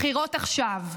בחירות עכשיו.